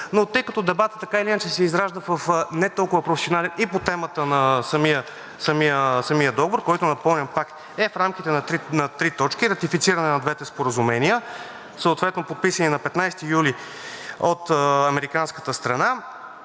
Тъй като дебатът така или иначе се изражда в не толкова професионален и по темата на самия договор, който, напомням, пак е в рамките на три точки – ратифициране на двете споразумения, съответно подписани на 15 юли от американската страна